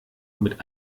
mit